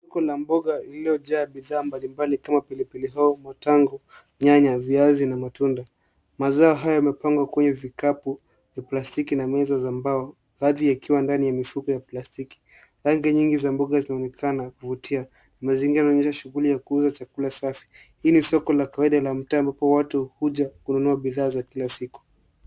Soko la mboga lililojaa bidhaa mbalimbali kama pilipili hoho, matango, nyanya, viazi, na matunda. Mazao haya yamepangwa kwenye vikapu vya plastiki na meza za mbao, baadhi yakiwa ndani ya mifuko ya plastiki. Rangi nyingi za mboga zinaonekana kuvutia. Mazingira yanaonyesha shughuli ya kuuza chakula safi, ili soko la kawaida la mtaa ambapo watu huja kununua bidhaa za kila siku.